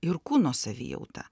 ir kūno savijautą